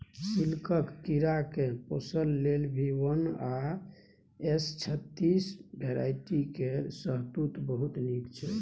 सिल्कक कीराकेँ पोसय लेल भी वन आ एस छत्तीस भेराइटी केर शहतुत बहुत नीक छै